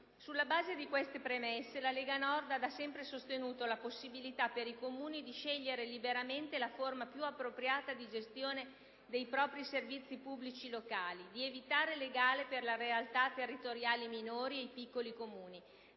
Sulla base di queste premesse, la Lega Nord ha da sempre sostenuto la possibilità per i Comuni di scegliere liberamente la forma più appropriata di gestione dei propri servizi pubblici locali, di evitare le gare per le realtà territoriali minori e i piccoli Comuni,